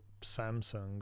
Samsung